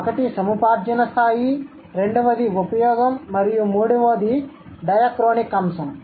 ఒకటి సముపార్జన రెండవది ఉపయోగం మరియు మూడవది డయాక్రోనిక్ అంశం